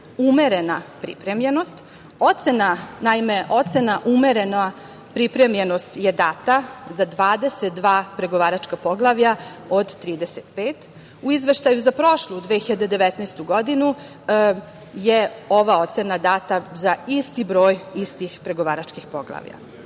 umerena pripremljenost, ocena, naime, ocena umerena pripremljenost je data za 22 pregovaračka poglavlja od 35.U izveštaju za prošlu 2019. godinu je ova ocena data za isti broj istih pregovaračkih poglavlja.